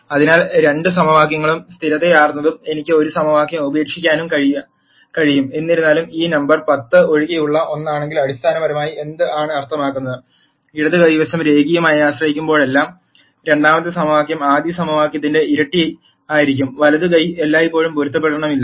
അതിനാൽ രണ്ട് സമവാക്യങ്ങളും സ്ഥിരതയാർന്നതും എനിക്ക് ഒരു സമവാക്യം ഉപേക്ഷിക്കാനും കഴിയും എന്നിരുന്നാലും ഈ നമ്പർ 10 ഒഴികെയുള്ള ഒന്നാണെങ്കിൽ അടിസ്ഥാനപരമായി എന്താണ് അർത്ഥമാക്കുന്നത് ഇടത് കൈ വശം രേഖീയമായി ആശ്രയിക്കുമെങ്കിലും രണ്ടാമത്തെ സമവാക്യം ആദ്യ സമവാക്യത്തിന്റെ ഇരട്ടി ആയിരിക്കും വലതു കൈ എല്ലായ്പ്പോഴും പൊരുത്തപ്പെടുന്നില്ല